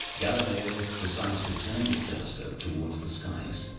galileo decides to turn his telescope towards the skies,